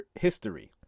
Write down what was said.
history